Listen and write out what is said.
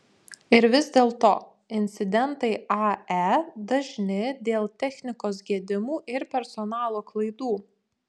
ir vis dėlto incidentai ae dažni dėl technikos gedimų ir personalo klaidų